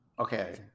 Okay